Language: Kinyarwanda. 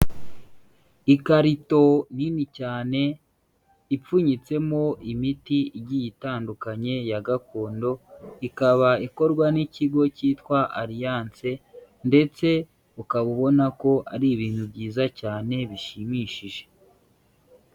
Ikarito nini cyane ipfunyitsemo imiti igiye itandukanye ya gakondo, ikaba ikorwa n'ikigo cyitwa Alliance ndetse ukaba ubona ko ari ibintu byiza cyane bishimishije.